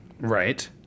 Right